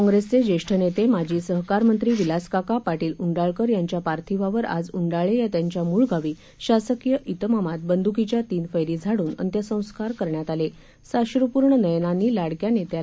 काँग्रेसचे जेष्ठ नेते माजी सहकार मंत्री विलासकाका पाटील उंडाळकर यांच्या पार्थिवावर आज उंडाळे या त्यांच्या मूळगावी शासकीय इतमामात बंद्कीच्या तीन फक्री झाड्रन अंत्यसंस्कार करण्यात आलेसाश्र्पूर्ण नयनांनी लाडक्या नेत्याला उपस्थित